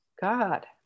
God